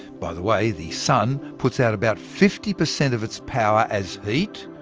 by the way, the sun puts out about fifty percent of its power as heat,